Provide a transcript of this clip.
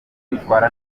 kwitwara